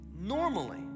normally